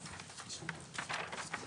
.